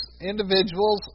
individuals